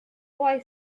boy